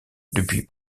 depuis